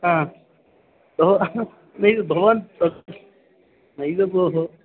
हा भोः नैव भवान् तत् नैव भोः